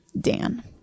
Dan